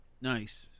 nice